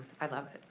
i love